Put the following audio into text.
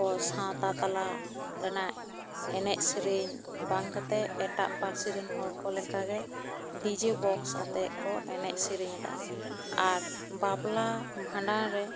ᱟᱵᱚ ᱥᱟᱶᱛᱟ ᱛᱟᱞᱟ ᱨᱮᱱᱟᱜ ᱮᱱᱮᱡ ᱥᱮᱨᱮᱧ ᱵᱟᱝ ᱠᱟᱛᱮᱜ ᱮᱴᱟᱜ ᱯᱟᱹᱨᱥᱤ ᱨᱮᱱ ᱦᱚᱲ ᱠᱚ ᱞᱮᱠᱟ ᱜᱮ ᱰᱤ ᱡᱮ ᱵᱚᱠᱥ ᱟᱛᱮᱜ ᱠᱚ ᱮᱱᱮᱡ ᱥᱮᱨᱮᱧᱫᱟ ᱟᱨ ᱵᱟᱯᱞᱟ ᱵᱷᱟᱸᱰᱟᱱ ᱨᱮ